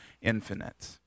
infinite